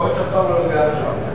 יכול להיות שהשר לא יודע עכשיו,